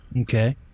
Okay